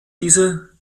diese